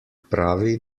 pravi